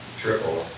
triple